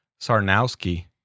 Sarnowski